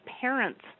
parents